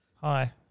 Hi